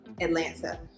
Atlanta